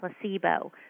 placebo